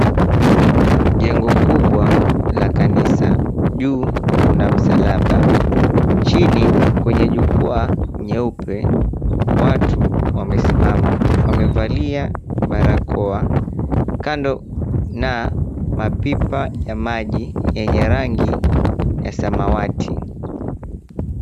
Jengo kubwa la kanisa lipo juu, kuna msalaba chini kwenye jukwaa nyeupe. Watu wamesimama, wamevalia barakoa kando na mapipa ya maji yenye rangi ya samawati.